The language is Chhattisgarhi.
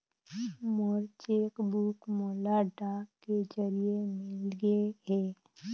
मोर चेक बुक मोला डाक के जरिए मिलगे हे